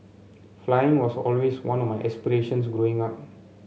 flying was always one of my aspirations Growing Up